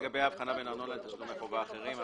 לגבי האבחנה בין ארנונה לבין תשלומי חובה אחרים,